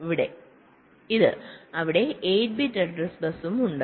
അവിടെ 8 bit address ബസ്സും ഉണ്ട്